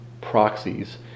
proxies